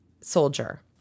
soldier